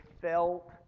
felt